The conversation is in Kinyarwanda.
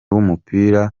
w’umupira